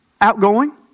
outgoing